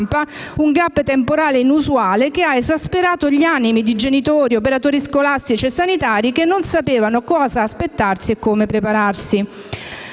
un *gap* temporale inusuale, che ha esasperato gli animi di genitori e operatori scolastici e sanitari, che non sapevano cosa aspettarsi e come prepararsi.